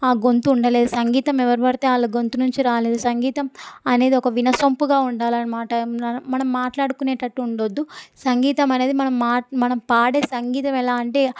ఆ గొంతు ఉండలేదు సంగీతం ఎవరు పడితే వాళ్ళ గొంతు నుంచి రాలేదు సంగీతం అనేది ఒక వినసొంపుగా ఉండాలి అనమాట మనం మాట్లాడుకునేటట్టు ఉండవద్దు సంగీతం అనేది మనం మాట మనం పాడే సంగీతం ఎలా అంటే